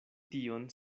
tion